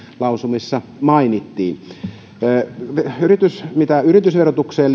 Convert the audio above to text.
lausumissa mainittiin mitä yritysverotukseen